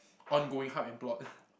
ongoing heart and plot